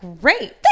great